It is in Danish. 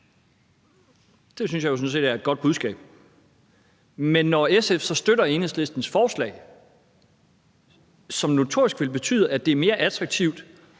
Det synes jeg jo sådan set er et godt budskab. Men når SF så støtter Enhedslistens forslag, som notorisk vil betyde, at det er mere attraktivt